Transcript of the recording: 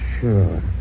sure